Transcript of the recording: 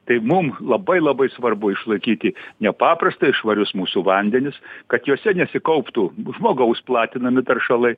tai mum labai labai svarbu išlaikyti nepaprastai švarius mūsų vandenis kad juose nesikauptų žmogaus platinami teršalai